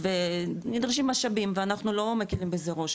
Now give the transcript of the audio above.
ונדרשים משאבים ואנחנו לא מקלים בזה ראש,